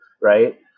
right